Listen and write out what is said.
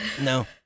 no